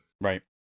Right